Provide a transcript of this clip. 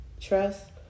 trust